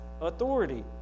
authority